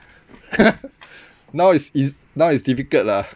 now is is now is difficult lah